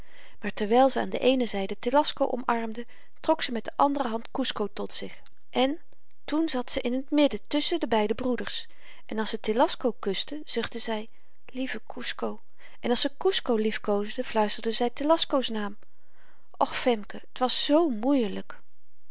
maar terwyl ze aan de eene zyde telasco omarmde trok ze met de andere hand kusco tot zich en toen zat ze in t midden tusschen de beide broeders en als ze telasco kuste zuchtte zy lieve kusco en als ze kusco liefkoosde fluisterde zy telasco's naam och femke t was zoo moeielyk